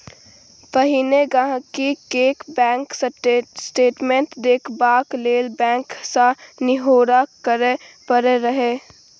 पहिने गांहिकी केँ बैंक स्टेटमेंट देखबाक लेल बैंक सँ निहौरा करय परय रहय